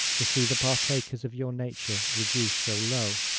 to see the partakers of your nature reduced so low?